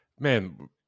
Man